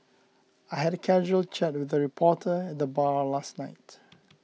I had a casual chat with a reporter at the bar last night